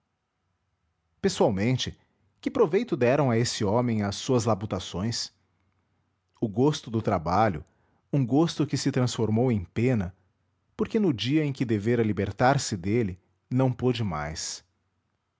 pessoalmente que proveito deram a esse homem as suas labutações o gosto do trabalho um gosto que se transformou em pena porque no dia em que devera libertar-se dele não pôde mais